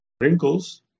wrinkles